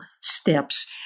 steps